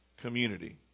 community